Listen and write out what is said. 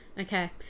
okay